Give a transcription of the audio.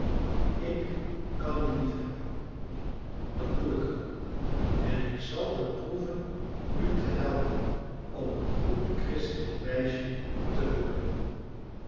ik kan u liefhebben dat doe ik al en ik zal beproeven u te helpen om een goed christelijk meisje te worden